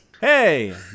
Hey